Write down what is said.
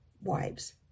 wives